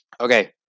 Okay